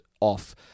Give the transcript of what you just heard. off